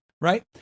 Right